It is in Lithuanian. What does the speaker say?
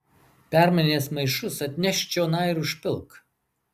permainęs maišus atnešk čionai ir užpilk